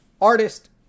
artist